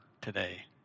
today